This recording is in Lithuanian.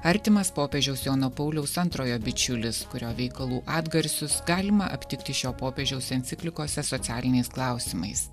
artimas popiežiaus jono pauliaus antrojo bičiulis kurio veikalų atgarsius galima aptikti šio popiežiaus enciklikose socialiniais klausimais